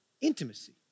intimacy